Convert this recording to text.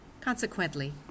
Consequently